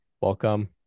Welcome